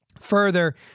further